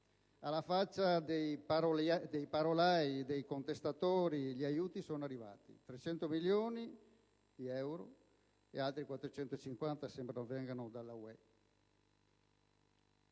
alla faccia dei parolai e dei contestatori, gli aiuti sono arrivati: 300 milioni di euro ed altri 450 sembra arriveranno dalla UE.